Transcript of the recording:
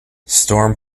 storm